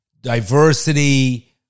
diversity